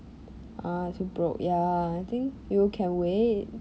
ah too broke ya I think you can wait